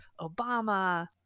Obama